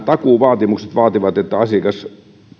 takuuvaatimukset vaativat että asiakas